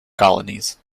colonies